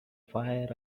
fire